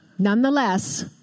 Nonetheless